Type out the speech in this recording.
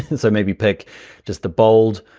and so maybe pick just the bold,